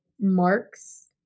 marks